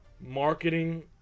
marketing